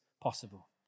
possible